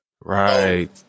Right